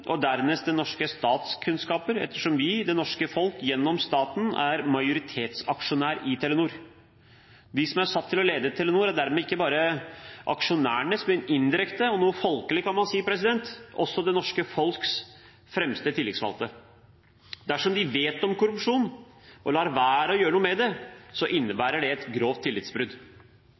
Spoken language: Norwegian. og dernest den norske stats kunnskaper, ettersom vi, det norske folk, gjennom staten er majoritetsaksjonær i Telenor. De som er satt til å lede Telenor, er dermed ikke bare aksjonærene, men indirekte og noe folkelig kan man si også det norske folks fremste tillitsvalgte. Dersom de vet om korrupsjon og lar være å gjøre noe med det, innebærer det et grovt tillitsbrudd.